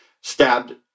stabbed